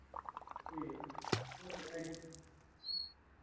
ठीक ऐ okay thank U